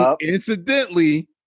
Incidentally